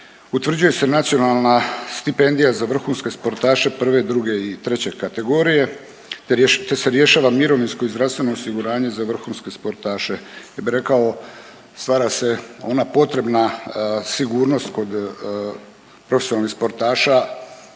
utvrđuje se nacionalna stipendija za vrhunske sportaše prve, druge i treće kategorije, te se rješava mirovinsko i zdravstveno osiguranje za vrhunske sportaše. Ja bih rekao stvara se ona potrebna sigurnost kod profesionalnih sportaša,